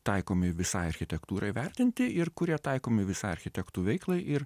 taikomi visai architektūrai vertinti ir kurie taikomi visa architektų veiklai ir